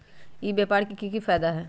ई व्यापार के की की फायदा है?